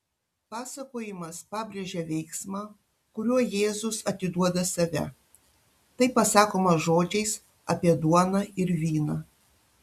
pasakojimas pabrėžia veiksmą kuriuo jėzus atiduoda save tai pasakoma žodžiais apie duoną ir vyną